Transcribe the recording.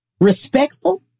Respectful